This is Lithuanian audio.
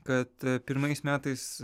kad pirmais metais